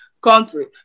country